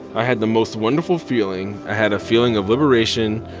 i had the most wonderful feeling. i had a feeling of liberation,